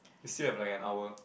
we still have like an hour